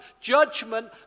judgment